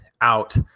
out